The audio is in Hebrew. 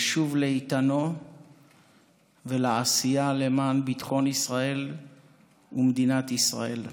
והוא ישוב לאיתנו ולעשייה למען ביטחון ישראל ומדינת ישראל.